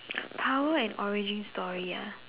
power and origin story ah